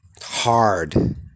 hard